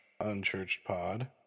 UnchurchedPod